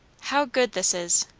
how good this is!